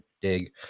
dig